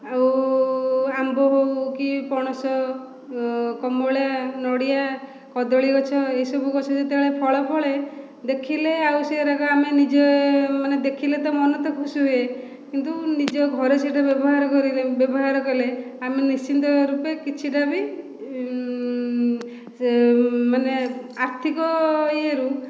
ଆଉ ଆମ୍ବ ହେଉ କି ପଣସ କମଳା ନଡ଼ିଆ କଦଳୀ ଗଛ ଏସବୁ ଗଛ ଯେତେବେଳେ ଫଳ ଫଳେ ଦେଖିଲେ ଆଉ ସେରାକ ଆମେ ନିଜେ ମାନେ ଦେଖିଲେ ତ ମନ ତ ଖୁସି ହୁଏ କିନ୍ତୁ ନିଜ ଘରେ ସେଟା ବ୍ୟବହାର କରିଲେ ବ୍ୟବହାର କଲେ ଆମେ ନିଶ୍ଚିନ୍ତ ରୁପେ କିଛିଟା ବି ମାନେ ଆର୍ଥିକ ଇଏ ରୁ